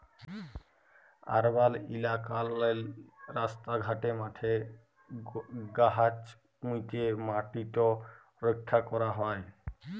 আরবাল ইলাকাললে রাস্তা ঘাটে, মাঠে গাহাচ প্যুঁতে ম্যাটিট রখ্যা ক্যরা হ্যয়